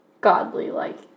godly-like